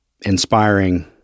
inspiring